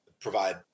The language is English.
provide